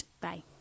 Bye